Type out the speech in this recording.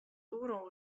oeral